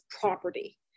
property